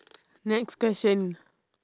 next question